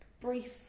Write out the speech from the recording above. brief